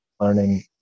learning